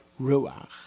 Ruach